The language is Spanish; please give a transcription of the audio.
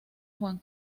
juan